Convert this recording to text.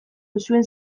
duzuen